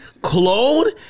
clone